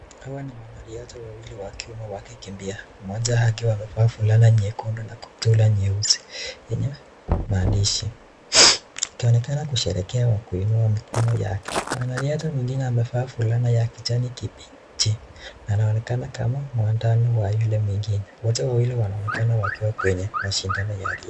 Hawa ni wanariadha wawili wakiwa wanakimbia. Mmoja akiwa amevaa fulana nyekundu na kuptura nyeusi yenye maandishi . Akionekana kusherekea wakiinua mkono yake. Mwanariadha mwingine amevaa fulani ya kijani kibichi anaonekana kama mwandani wa yule mwingine wote wawili wanaonekana wakiwa kwenye mashindano ya riadha.